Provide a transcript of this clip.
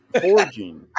forging